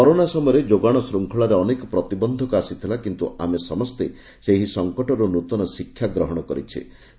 corona ସମୟରେ ଯୋଗାଣ ଶୃଙ୍ଖଳାରେ ଅନେକ ପ୍ରତିବନ୍ଧକ ଆସିଥିଲା କିନ୍ତୁ ଆମେ ସମସ୍ତେ ସେହି ସଙ୍କଟରୁ ନୃତନ ଶିକ୍ଷା ଗ୍ରହଣ କରିଛେ